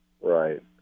Right